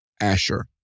Asher